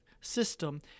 system